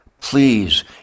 please